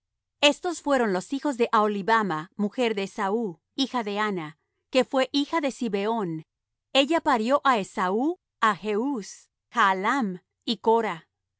estos fueron los hijos de aholibama mujer de esaú hija de ana que fué hija de zibeón ella parió á esaú á jeús jaalam y cora